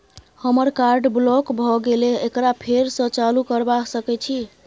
हमर card block भ गेले एकरा फेर स चालू करबा सके छि?